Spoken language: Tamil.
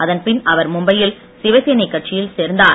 அதன்பின் அவர் மும்பையில் சிவசேனைக் கட்சியில் சேர்ந்தார்